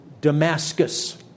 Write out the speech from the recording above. Damascus